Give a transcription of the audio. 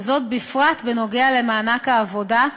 וזאת בפרט בנוגע למענק העבודה,